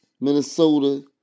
Minnesota